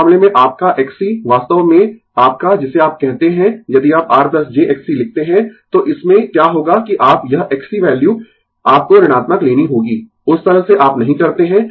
उस मामले में आपका Xc वास्तव में आपका जिसे आप कहते है यदि आप R jXc लिखते है तो इसमें क्या होगा कि आप यह Xc वैल्यू आपको ऋणात्मक लेनी होगी उस तरह से आप नहीं करते है